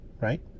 right